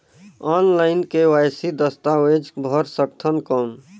Online KYC दस्तावेज भर सकथन कौन?